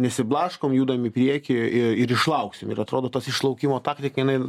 nesiblaškom judam į priekį ir ir išlauksim ir atrodo tas išlaukimo taktika jinai